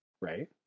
right